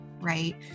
right